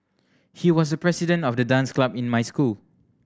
he was the president of the dance club in my school